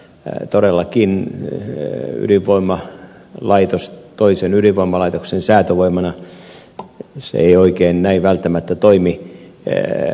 seurujärven viimeisestä puheenvuorosta ydinvoimalaitos toisen ydinvoimalaitoksen säätövoimana todellakin se ei oikein näin välttämättä toimi